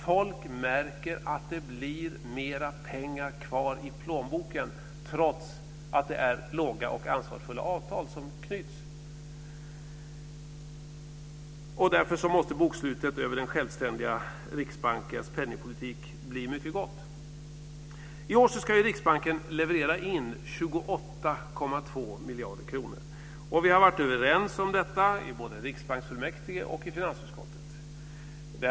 Folk märker att det blir mer pengar kvar i plånboken trots att det är ansvarsfulla avtal som knyts. Bokslutet över den självständiga Riksbankens penningpolitik måste därför bli mycket gott. I år ska Riksbanken leverera in 28,2 miljarder kronor. Vi har varit överens om detta både i riksbanksfullmäktige och i finansutskottet.